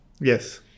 Yes